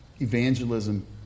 evangelism